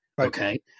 Okay